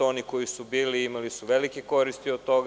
Oni koji su bili, imali su velike koristi od toga.